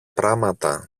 πράματα